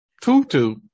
Tutu